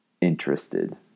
interested